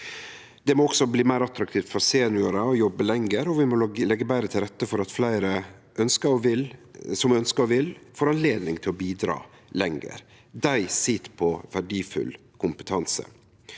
Det må også bli meir attraktivt for seniorar å jobbe lenger, og vi må leggje betre til rette for at fleire som ønskjer og vil, får anledning til å bidra lenger. Dei sit på verdifull kompetanse.